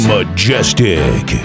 Majestic